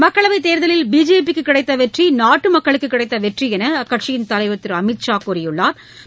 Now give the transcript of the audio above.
மக்களவைத் தேர்தலில் பிஜேபிக்கு கிடைத்த வெற்றி நாட்டு மக்களுக்குக் கிடைத்த வெற்றி என்று அக்கட்சியின் தலைவா் திரு அமித்ஷா கூறியுள்ளாா்